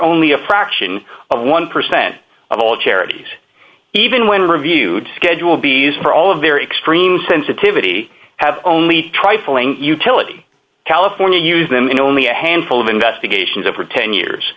only a fraction of one percent of all charities even when reviewed schedule b s for all of their extreme sensitivity have only trifling utility california use them in only a handful of investigations over ten years